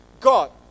God